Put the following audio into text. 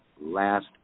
last